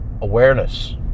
awareness